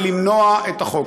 ולמנוע את החוק.